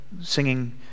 singing